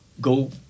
Go